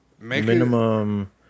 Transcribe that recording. Minimum